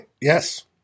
Yes